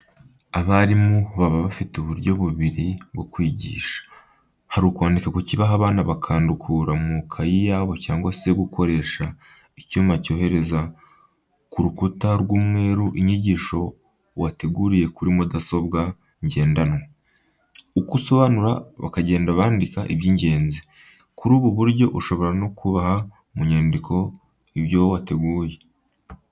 Abarimu baba bafite uburyo bubiri bwo kwigisha. Hari ukwandika ku kibaho abana bakandukura mu makayi yabo cyangwa se gukoresha icyuma cyohereza ku rukuta rw'umweru inyigisho wateguriye kuri mudasobwa ngendanwa, uko usobanura bakagenda bandika iby'ingenzi. Kuri ubu buryo ushobora no kubaha mu nyandiko ibyo wateguye.